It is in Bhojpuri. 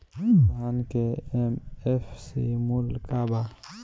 धान के एम.एफ.सी मूल्य का बा?